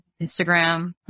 Instagram